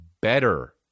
better